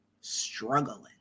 struggling